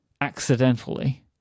accidentally